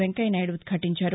వెంకయ్య నాయుడు ఉద్యాటించారు